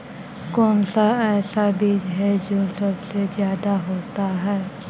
कौन सा ऐसा बीज है जो सबसे ज्यादा होता है?